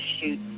shoot